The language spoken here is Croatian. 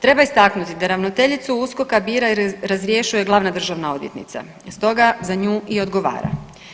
Treba istaknuti da ravnateljicu USKOK-a bira i razrješuje glavna državna odvjetnica, stoga za nju i odgovara.